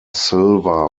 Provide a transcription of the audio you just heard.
silva